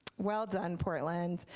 well done portland.